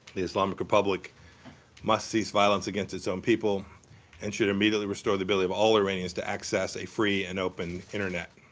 the islamic republic must cease violence against its own people and should immediately restore the ability of all iranians to access a free and open internet.